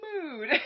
mood